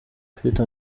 ufite